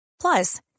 Plus